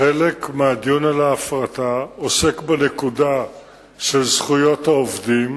חלק מהדיון על ההפרטה עוסק בנקודה של זכויות העובדים,